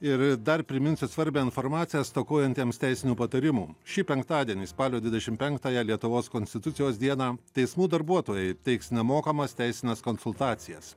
ir dar priminsiu svarbią informaciją stokojantiems teisinių patarimų šį penktadienį spalio dvidešimt penktąją lietuvos konstitucijos dieną teismų darbuotojai teiks nemokamas teisines konsultacijas